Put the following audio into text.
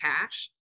cash